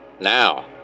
Now